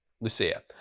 lucia